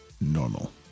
Normal